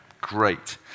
Great